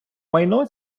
майно